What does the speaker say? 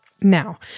Now